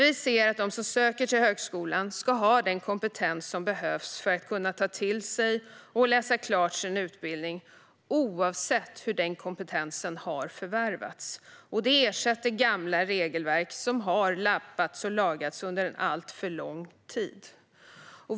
Vi ser att de som söker till högskolan ska ha den kompetens som behövs för att kunna ta till sig och läsa klart sin utbildning oavsett hur den kompetensen har förvärvats. Det ersätter gamla regelverk som har lappats och lagats under en alltför lång tid.